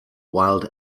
wild